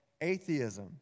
atheism